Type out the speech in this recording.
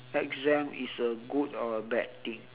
exam is a good or a bad thing